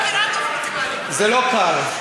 זה לא קל.